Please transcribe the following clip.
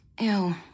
Ew